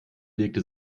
legte